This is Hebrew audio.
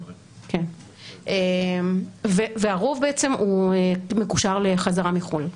והרוב מקושר לחזרה מחו"ל.